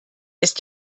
ist